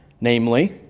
namely